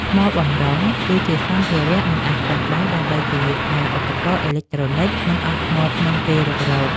ថ្មបម្រុង គឺជាសម្ភារៈមិនអាចខ្វះបាន ដើម្បីធានាថាឧបករណ៍អេឡិចត្រូនិចមិនអស់ថ្មក្នុងពេលរុករក។